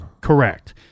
Correct